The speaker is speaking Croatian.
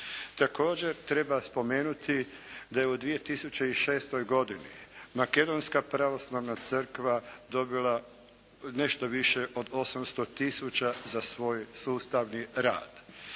Također treba spomenuti da je u 2006. godini makedonska pravoslavna crkva dobila nešto više od 800 tisuća za svoj sustavni rad